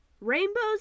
Rainbows